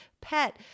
pet